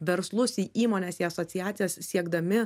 verslus į įmones į asociacijas siekdami